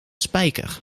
spyker